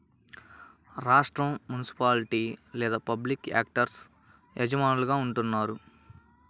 రాష్ట్రం, మునిసిపాలిటీ లేదా public actors యజమానులుగా ఉంటారు